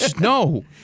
no